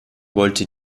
wollte